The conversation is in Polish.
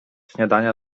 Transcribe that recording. śniadania